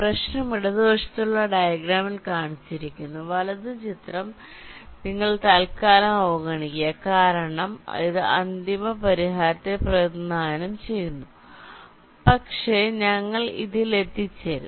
പ്രശ്നം ഇടതുവശത്തുള്ള ഡയഗ്രാമിൽ കാണിച്ചിരിക്കുന്നു വലത് ചിത്രം നിങ്ങൾ തത്കാലം അവഗണിക്കുക കാരണം ഇത് അന്തിമ പരിഹാരത്തെ പ്രതിനിധാനം ചെയ്യുന്നു പക്ഷേ ഞങ്ങൾ ഇതിൽ എത്തിച്ചേരും